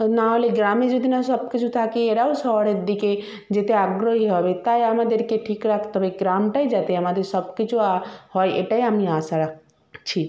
না হলে গ্রামে যদি না সব কিছু থাকে এরাও শহরের দিকে যেতে আগ্রহী হবে তাই আমাদেরকে ঠিক রাখতে হবে গ্রামটাই যাতে আমাদের সব কিছু হয় এটাই আমি আশা রাখছি